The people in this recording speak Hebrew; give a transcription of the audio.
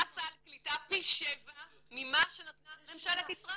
סל קליטה פי 7 ממה שנתנה ממשלת ישראל.